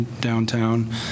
downtown